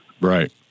Right